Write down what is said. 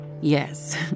Yes